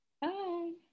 Bye